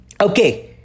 Okay